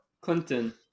Clinton